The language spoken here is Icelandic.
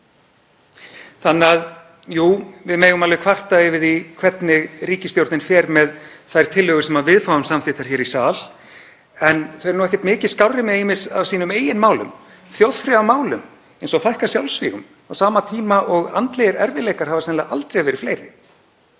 Þannig að jú, við megum alveg kvarta yfir því hvernig ríkisstjórnin fer með þær tillögur sem við fáum samþykktar hér í sal en þau eru nú ekkert mikið skárri með ýmis af sínum eigin málum, þjóðþrifamálum eins og að fækka sjálfsvígum, á sama tíma og andlegir erfiðleikar hafa sennilega aldrei verið meiri.